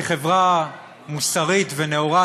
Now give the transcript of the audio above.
כחברה מוסרית ונאורה,